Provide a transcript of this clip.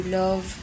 love